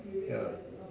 ya